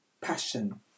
passion